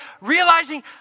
realizing